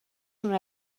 una